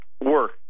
work